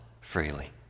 freely